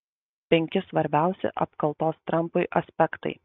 penki svarbiausi apkaltos trampui aspektai